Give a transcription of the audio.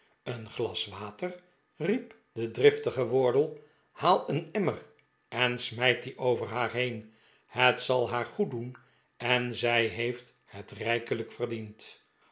een glas water riep de driftige wardle haal een emmer en smijt die over haar heen het zal haar goed doen en zij heeft het rijkelijk verdiend